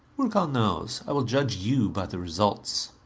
work on those. i will judge you by the results.